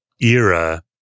era